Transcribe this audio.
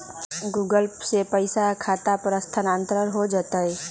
Google Pay से पईसा खाता पर स्थानानंतर हो जतई?